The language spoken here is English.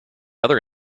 other